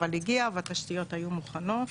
אבל הגיע והתשתיות היו מוכנות.